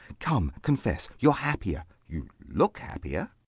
come, confess, you're happier. you look happier.